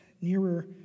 nearer